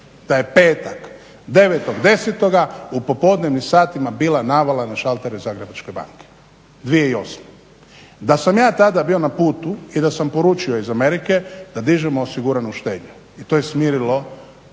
da je petak 9.10. u popodnevnim satima bila navala na šaltere Zagrebačke banke, 2008. Da sam ja tada bio na putu i da sam poručio iz Amerike da dižemo osiguranu štednju i to je smirilo